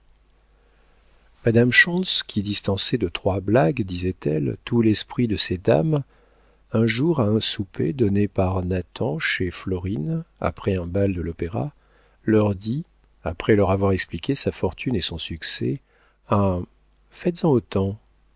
madame schontz qui distançait de trois blagues disait-elle tout l'esprit de ces dames un jour à un souper donné par nathan chez florine après un bal de l'opéra leur dit après leur avoir expliqué sa fortune et son succès un faites-en autant